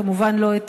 כמובן לא את